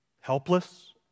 helpless